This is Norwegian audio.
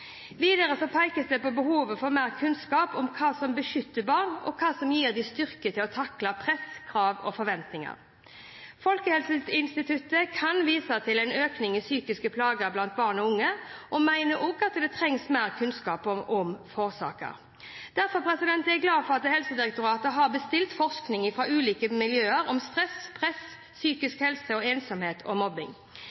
Videre pekes det på behovet for mer kunnskap om hva som beskytter barn, og hva som gir dem styrke til å takle press, krav og forventninger. Folkehelseinstituttet kan vise til en økning i psykiske plager blant barn og unge og mener også at det trengs mer kunnskap om årsaker. Derfor er jeg glad for at Helsedirektoratet har bestilt forskning fra ulike miljøer om stress, press,